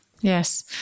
Yes